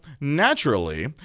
naturally